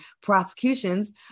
prosecutions